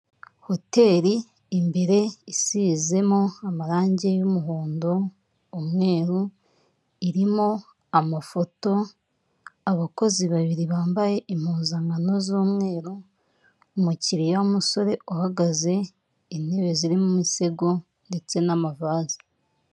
Hoteli imbere isizemo amarangi y'umuhondo, umweru, irimo amafoto, abakozi babiri bambaye impuzankano z'umweru, umukiliya w'umusore uhagaze, intebe zirimo imisego ndetse n'amavase.